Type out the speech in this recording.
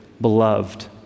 beloved